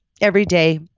Everyday